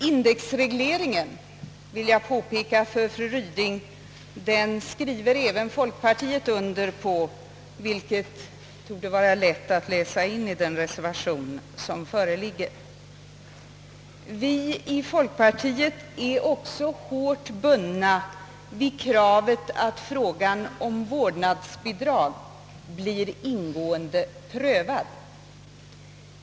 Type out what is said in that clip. Indexregleringen, vill jag påpeka för fru Ryding, skriver även folkpartiet under på — något som för övrigt torde vara lätt att läsa ut av den reservation som föreligger. Vi i folkpartiet är också hårt bundna vid kravet att frågan om vårdnadsbidrag blir ingående prövad.